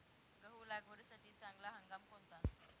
गहू लागवडीसाठी चांगला हंगाम कोणता?